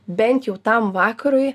bent jau tam vakarui